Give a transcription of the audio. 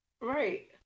right